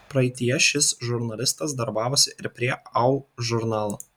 praeityje šis žurnalistas darbavosi ir prie au žurnalo